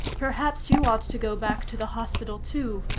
perhaps you ought to go back to the hospital, too,